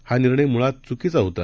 हानिर्णयमुळातचुकीचाहोता